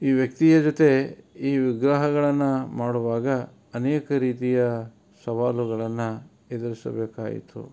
ಈ ವ್ಯಕ್ತಿಯ ಜೊತೆ ಈ ವಿಗ್ರಹಗಳನ್ನು ಮಾಡುವಾಗ ಅನೇಕ ರೀತಿಯ ಸವಾಲುಗಳನ್ನು ಎದುರಿಸಬೇಕಾಯಿತು